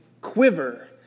quiver